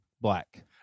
black